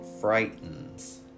frightens